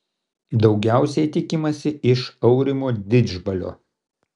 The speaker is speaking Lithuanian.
daugiausiai tikimasi iš aurimo didžbalio